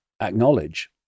acknowledge